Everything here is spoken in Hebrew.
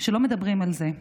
שלא מדברים על זה,